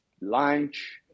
lunch